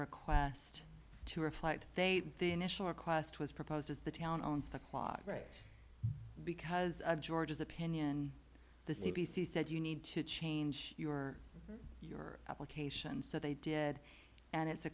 request to reflect they the initial request was proposed as the town owns the clock right because of george's opinion the c b c said you need to change your your application so they did and it's a